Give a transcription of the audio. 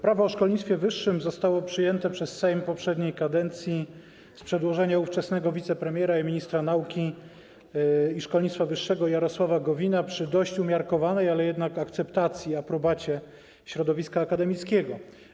Prawo o szkolnictwie wyższym zostało przyjęte przez Sejm poprzedniej kadencji z przedłożenia ówczesnego wicepremiera i ministra nauki i szkolnictwa wyższego Jarosława Gowina przy dość umiarkowanej, ale jednak akceptacji i aprobacie środowiska akademickiego.